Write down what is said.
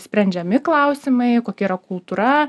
sprendžiami klausimai kokia yra kultūra